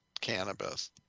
cannabis